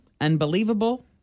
Unbelievable